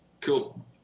Cool